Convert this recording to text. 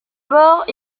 bord